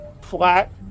flat